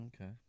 Okay